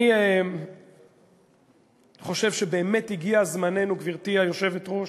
אני חושב שבאמת הגיע זמננו, גברתי היושבת-ראש,